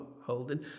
holding